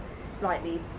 slightly